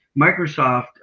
Microsoft